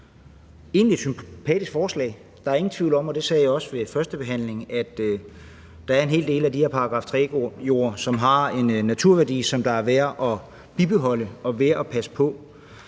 egentlig et sympatisk forslag. Der er ingen tvivl om, og det sagde jeg også ved førstebehandlingen, at der er en hel del af de her § 3-jorde, som har en naturværdi, der er værd at bibeholde og værd at passe på.